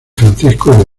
francisco